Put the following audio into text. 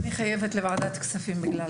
התחלנו את הדיון ישר